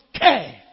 care